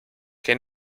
que